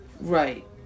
right